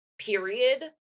period